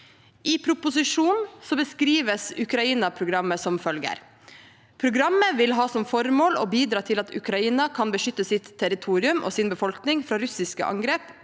I proposisjonen beskrives Ukraina-programmet som følger: «Programmet vil (…) ha som formål å bidra til at Ukraina kan beskytte sitt territorium og sin befolkning fra russiske angrep,